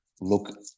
look